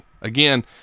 Again